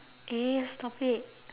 eh stop it